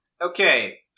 Okay